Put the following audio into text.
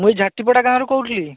ମୁଁ ଝାଟିପଡ଼ା ଗାଁ'ରୁ କହୁଥିଲି